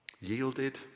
Yielded